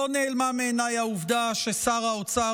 לא נעלמה מעיניי העובדה ששר האוצר